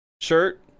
Shirt